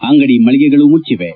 ಅಂಗಡಿ ಮಳಿಗೆಗಳು ಮುಚ್ಚಿವೆ